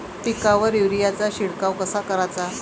पिकावर युरीया चा शिडकाव कसा कराचा?